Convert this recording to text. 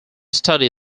study